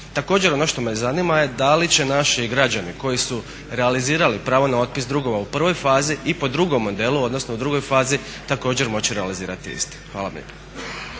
Također ono što me zanima je da li će naši građani koji su realizirali pravo na otpis dugova u prvoj fazi i po drugom modelu, odnosno drugoj fazi također moći realizirati isti. Hvala vam